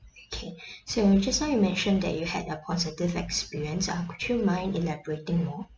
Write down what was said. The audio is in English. okay so just now you mentioned that you had a positive experience uh could you mind elaborating more